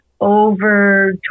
over